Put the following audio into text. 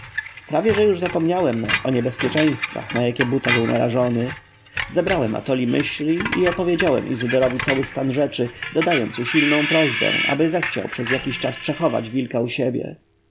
że już zapomniałem o niebezpieczeństwach na jakie buta był narażony zebrałem atoli myśli i opowiedziałem izydorowi cały stan rzeczy dodając usilną prośbę aby zechciał przez jakiś czas przechować wilka u siebie